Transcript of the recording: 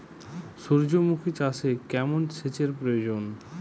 সূর্যমুখি চাষে কেমন সেচের প্রয়োজন?